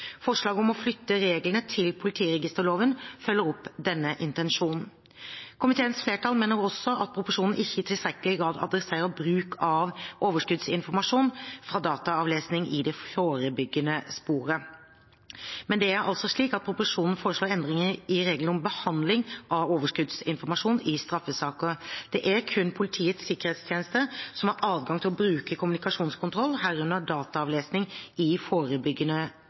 Forslaget om å flytte reglene til politiregisterloven følger opp denne intensjonen. Komiteens flertall mener at proposisjonen ikke i tilstrekkelig grad adresserer bruk av overskuddsinformasjon fra dataavlesning i det forebyggende sporet. Men det er altså slik at proposisjonen foreslår endringer i reglene om behandling av overskuddsinformasjon i straffesaker. Det er kun Politiets sikkerhetstjeneste som har adgang til å bruke kommunikasjonskontroll, herunder dataavlesning, i